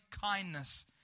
kindness